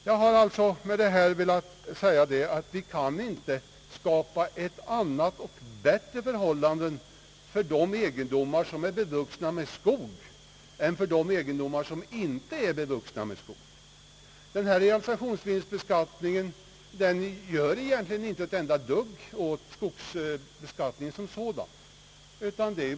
Jag har med detta velat framhålla, att vi inte kan skapa ett annat och bättre förhållande för de egendomar, som är bevuxna med skog, än för de egendomar som inte är bevuxna med skog. Denna realisationsvinstbeskattning gör egentligen inte ett dugg åt skogsbeskattningen som sådan.